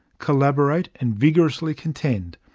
collaborate and vigorously contend,